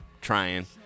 trying